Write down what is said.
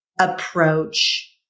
approach